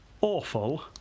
Awful